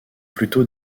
plutôt